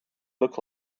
look